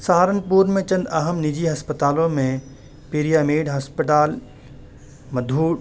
سہارنپور میں چند اہم نجی ہسپتالوں میں پیریا میڈ ہسپتال مدھو